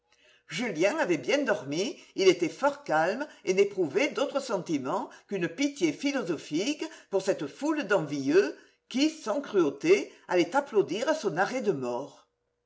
julien avait bien dormi il était fort calme et n'éprouvait d'autre sentiment qu'une pitié philosophique pour cette foule d'envieux qui sans cruauté allaient applaudir à son arrêt de mort